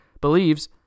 believes